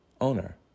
owner